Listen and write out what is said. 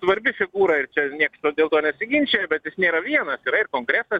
svarbi figūra ir čia nieks dėl to nesiginčija bet jis nėra vienas yra ir kongresas